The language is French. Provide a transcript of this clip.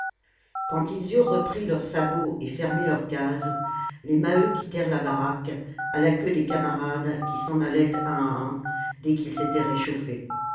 quand ils eurent repris leurs sabots et fermé leurs cases les maheu quittèrent la baraque à la queue des camarades qui s'en allaient un à un dès qu'ils s'étaient réchauffés